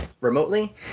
remotely